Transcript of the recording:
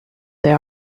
they